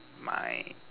my